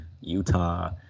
Utah